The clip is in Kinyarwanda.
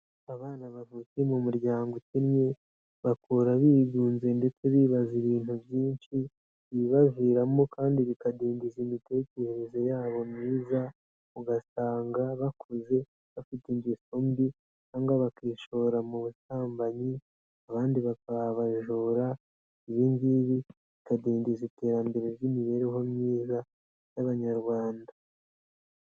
Abana bavukiye mu muryango ukennye, bakura bigunze ndetse bibaza ibintu byinshi, ibibaviramo kandi bikadindiza imitekerereze yabo myiza, ugasanga bakuze bafite ingeso mbi cyangwa bakishora mu busambanyi, abandi bakaba abajura, ibi ngibi bikadindiza iterambere ry'imibereho myiza y'Abanyarwanda.